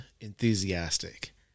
enthusiastic